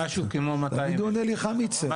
משהו כמו 200,000. תמיד הוא עונה לי חמיצר.